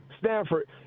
Stanford